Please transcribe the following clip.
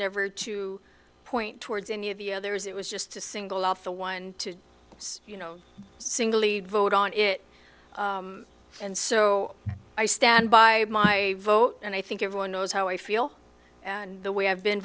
never to point towards any of the others it was just to single out the one to you know single lead vote on it and so i stand by my vote and i think everyone knows how i feel and the way i've been